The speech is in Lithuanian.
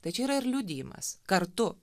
tai čia yra ir liudijimas kartu